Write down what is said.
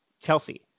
Chelsea